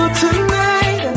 tonight